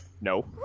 no